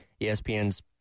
ESPN's